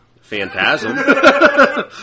Phantasm